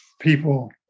people